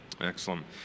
Excellent